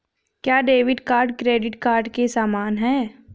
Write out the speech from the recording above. क्या debit card credit card के समान है?